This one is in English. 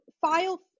file